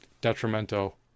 Detrimental